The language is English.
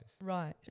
Right